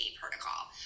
protocol